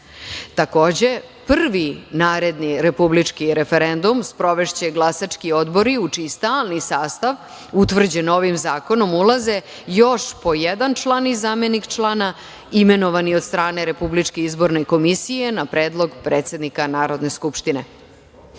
proces. Takođe, prvi naredni republički referendum sprovešće glasački odbori u čiji stalni sastav, utvrđen ovim zakonom, ulaze još po jedan član i zamenik člana imenovani od strane Republičke izborne komisije na predlog predsednika Narodne skupštine. Hvala